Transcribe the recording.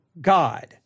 God